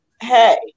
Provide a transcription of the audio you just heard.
hey